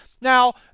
Now